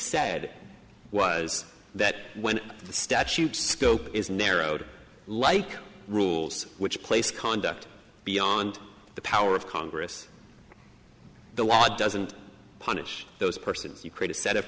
said was that when the statute scope is narrowed like rules which place conduct beyond the power of congress the law doesn't punish those persons you create a set of